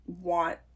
want